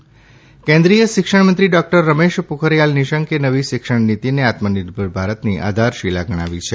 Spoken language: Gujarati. લોકસભા શિક્ષા કેન્દ્રીય શીક્ષણ મંત્રી ડોકટર રમેશ પોખરીયાલ નીશંકે નવી શિક્ષણ નીતીને આત્મનિર્ભર ભારતની આધારશિલ ગણાવી છે